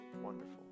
wonderful